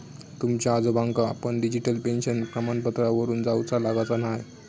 तुमच्या आजोबांका पण डिजिटल पेन्शन प्रमाणपत्रावरून जाउचा लागाचा न्हाय